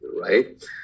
right